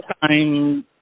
time